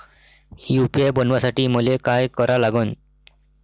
UPI बनवासाठी मले काय करा लागन?